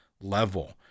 level